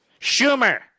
Schumer